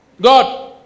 god